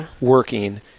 working